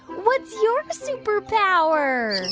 what's your superpower?